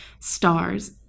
Stars